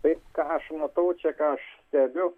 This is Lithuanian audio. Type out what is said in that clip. tai ką aš matau čia ką aš stebiu